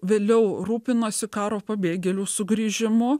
vėliau rūpinosi karo pabėgėlių sugrįžimu